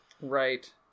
Right